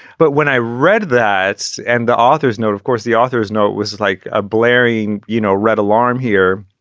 but when i read that and the author's note, of course, the author's note was like a blaring, you know, red alarm here.